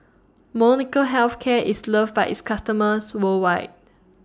Molnylcke Health Care IS loved By its customers worldwide